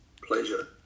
pleasure